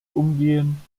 umgehen